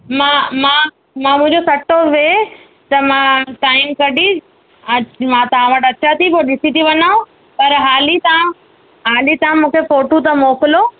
मां मां मां मुंहिंजो सटो उहे त मां टाईम कढी अचु मां तव्हां वटि अचां थी पोइ ॾिसी थी वञाव पर हाली तव्हां हाली तव्हां मूंखे फोटूं त मोकिलो